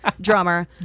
drummer